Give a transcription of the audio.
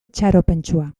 itxaropentsua